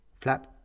flap